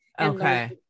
Okay